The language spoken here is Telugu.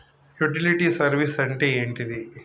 యుటిలిటీ సర్వీస్ అంటే ఏంటిది?